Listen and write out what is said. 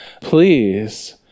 please